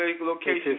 location